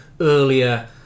earlier